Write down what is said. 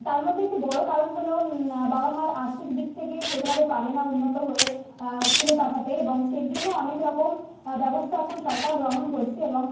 তার মধ্যে একটি বড় কারণ হল বাবা মার আর্থিক দিক থেকে সেভাবে পারে না উন্নত হয়ে স্কুলে পাঠাতে এবং সেজন্য অনেকরকম ব্যবস্থা এখন সরকার গ্রহণ করছে এবং